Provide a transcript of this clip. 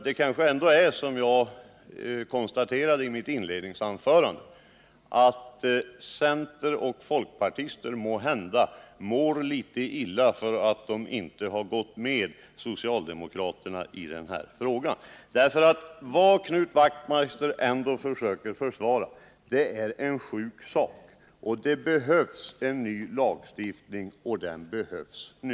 Det kanske ändå är så, som jag konstaterade i mitt inledningsanförande, att centeroch folkpartister mår litet illa därför att de inte har anslutit sig till socialdemokraternas linje i den här frågan. Vad Knut Wachtmeister försöker försvara är en sjuk sak. Det behövs en ny lagstiftning, och den behövs nu.